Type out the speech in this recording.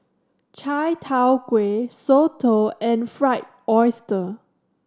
Chai Tow Kuay Soto and Fried Oyster